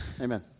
Amen